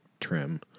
trim